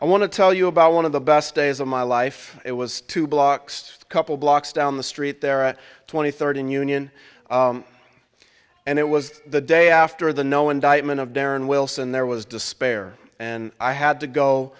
i want to tell you about one of the best days of my life it was two blocks couple blocks down the street there at twenty third in union and it was the day after the no indictment of darren wilson there was despair and i had to go